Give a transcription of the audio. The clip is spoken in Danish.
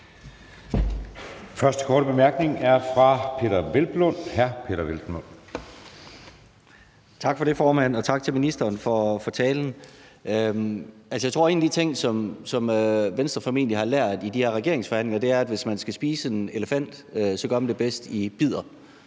Første korte bemærkning er fra hr. Peder Hvelplund. Kl. 15:41 Peder Hvelplund (EL): Tak for det, formand, og tak til ministeren for talen. Jeg tror, at en af de ting, som Venstre formentlig har lært af de her regeringsforhandlinger, er, at hvis man skal spise en elefant, gør man det bedst i bidder.